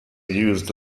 used